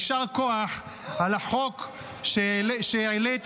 יישר כוח על החוק שהעלית